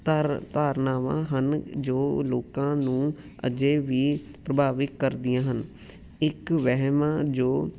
ਧਾਰ ਧਾਰਨਾਵਾਂ ਹਨ ਜੋ ਲੋਕਾਂ ਨੂੰ ਅਜੇ ਵੀ ਪ੍ਰਭਾਵਿਤ ਕਰਦੀਆਂ ਹਨ ਇੱਕ ਵਹਿਮ ਜੋ